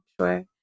sure